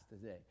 today